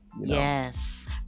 Yes